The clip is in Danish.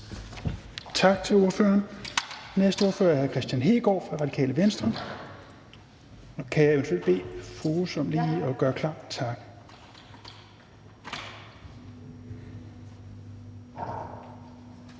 Tak til ordføreren. Den næste ordfører er hr. Kristian Hegaard fra Radikale Venstre. Og kan jeg eventuelt bede fru Halime Oguz lige at